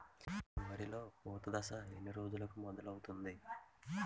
వరిలో పూత దశ ఎన్ని రోజులకు మొదలవుతుంది?